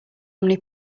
omni